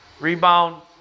Rebound